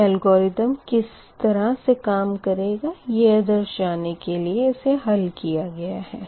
यह अलगोरिथम किस तरह से काम करेगा यह दर्शाने के लिए इसे हल किया गया है